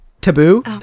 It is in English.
Taboo